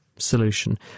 solution